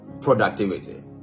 Productivity